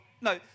No